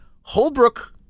Holbrook